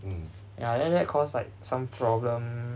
ya then that caused like some problem